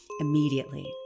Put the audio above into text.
immediately